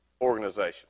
organization